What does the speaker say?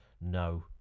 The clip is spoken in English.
No